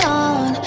on